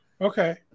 Okay